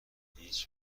هیچ